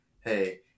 Hey